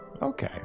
Okay